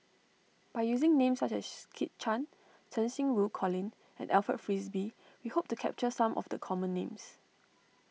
by using names such as Kit Chan Cheng Xinru Colin and Alfred Frisby we hope to capture some of the common names